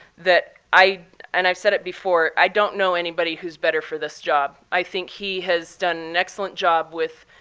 that i and i've said it before i don't know anybody who's better for this job. i think he has done an excellent job with